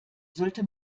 sollte